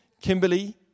Kimberly